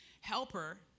helper